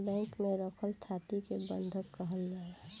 bank में रखल थाती के बंधक काहाला